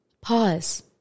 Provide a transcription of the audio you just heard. pause